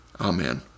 Amen